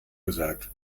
gesagt